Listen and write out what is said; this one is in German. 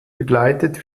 begleitet